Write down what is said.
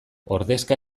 ordezka